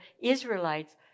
Israelites